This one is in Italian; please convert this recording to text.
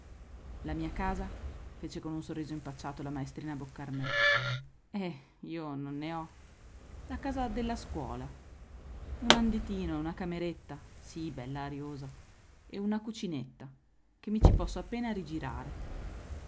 la mia casa fece con un sorriso impacciato la maestrina boccarmè eh io non ne ho la casa della scuola un anditino una cameretta si bella ariosa e una cucinetta che mi ci posso appena rigirare